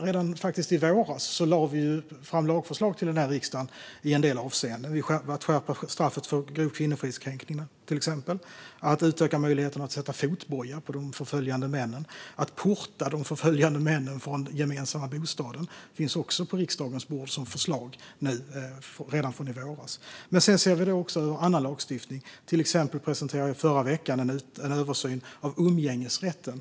Redan i våras lade vi faktiskt fram lagförslag till riksdagen, till exempel om att skärpa straffet för grov kvinnofridskränkning, utöka möjligheten att sätta fotboja på de förföljande männen och porta de förföljande männen från den gemensamma bostaden. Detta finns alltså på riksdagens bord som förslag sedan i våras. Men vi ser också annan lagstiftning framför oss. Till exempel presenterade jag förra veckan en översyn av umgängesrätten.